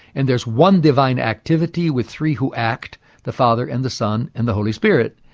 and there's one divine activity with three who act the father and the son and the holy spirit.